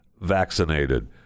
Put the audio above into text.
vaccinated